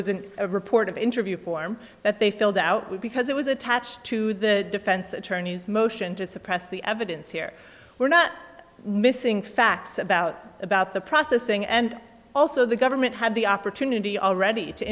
was in a report of interview form that they filled out with because it was attached to the defense attorney's motion to suppress the evidence here were not missing facts about about the processing and also the government had the opportunity already to